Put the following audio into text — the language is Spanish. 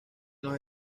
los